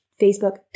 Facebook